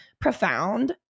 profound